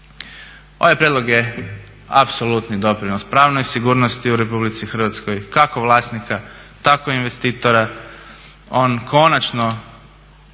Ovaj prijedlog je apsolutni doprinos pravnoj sigurnosti u RH kako vlasnika, tako investitora. On konačno